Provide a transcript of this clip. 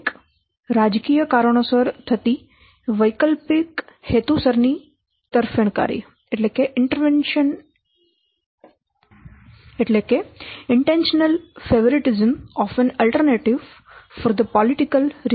એક રાજકીય કારણોસર થતી વૈકલ્પિક હેતુસર ની તરફેણકારી